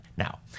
Now